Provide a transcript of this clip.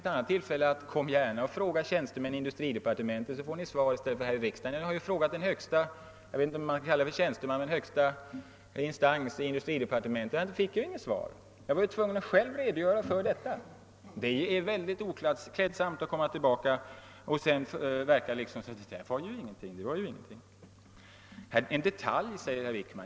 Och sedan säger herr Wickman: Fråga gärna tjänstemännen i industridepartementet, så får ni svar. Jag har ju frågat högsta instansen i departementet, men jag har inte fått något svar, utan jag har blivit tvungen att själv redogöra för dessa saker. Det är mycket oklädsamt att komma tillbaka och säga ungefär att det där var ju ingenting, det är bara en detalj.